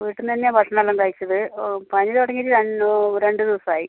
വീട്ടിൽ നിന്ന് തന്നെയാണ് ഭക്ഷണം എല്ലാം കഴിച്ചത് പനി തുടങ്ങിയിട്ട് രണ്ട് ദിവസമായി